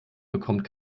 bekommt